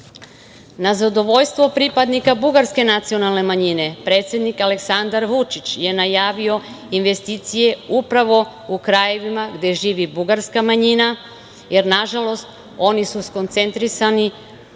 zadovoljstvo pripadnika bugarske nacionalne manjine predsednik Aleksandar Vučić je najavio investicije upravo u krajevima gde živi bugarska manjina, jer oni su skoncentrisani